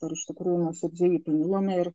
ar iš tikrųjų nuoširdžiai jį pamilome ir